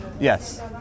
Yes